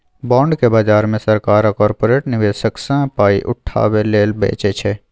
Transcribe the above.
bond केँ बजार मे सरकार आ कारपोरेट निबेशक सँ पाइ उठाबै लेल बेचै छै